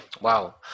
Wow